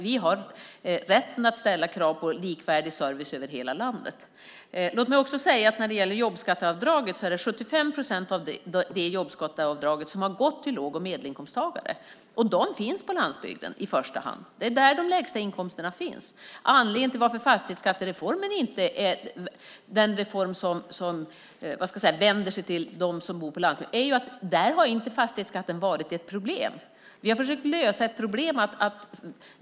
Vi har rätt att ställa krav på likvärdig service över hela landet. Jag vill också säga att 75 procent av jobbskatteavdraget har gått till låg och medelinkomsttagare. Och de finns på landsbygden i första hand. Det är där de lägsta inkomsterna finns. Anledningen till att fastighetsskattereformen inte är en reform som vänder sig till dem som bor på landsbygden är att fastighetsskatten där inte har varit ett problem. Vi har försökt lösa ett problem.